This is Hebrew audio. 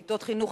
כיתות חינוך,